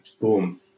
boom